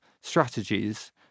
strategies